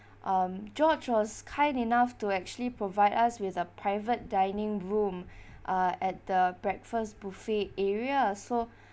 um george was kind enough to actually provide us with a private dining room uh at the breakfast buffet area so